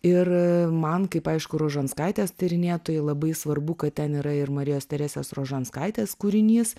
ir man kaip aišku rožanskaitės tyrinėtojai labai svarbu kad ten yra ir marijos teresės rožanskaitės kūrinys